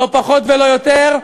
לא פחות ולא יותר.